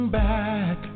back